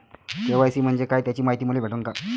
KYC म्हंजे काय त्याची मायती मले भेटन का?